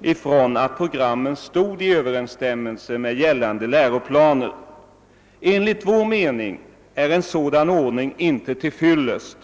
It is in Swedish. ifrån att programmen stod i överensstämmelse med gällande läroplaner. Enligt vår mening är en sådan ordning inte till fyllest.